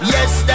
Yes